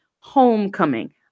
Homecoming